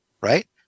right